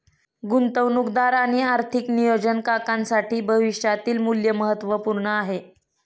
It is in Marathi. गुंतवणूकदार आणि आर्थिक नियोजन काकांसाठी भविष्यातील मूल्य महत्त्वपूर्ण आहे